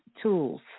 tools